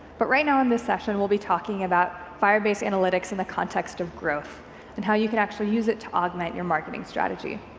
but right now in this session we'll be talking about firebase analytics in the context of growth and how you can actually use it to augment your marketing strategy.